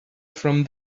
from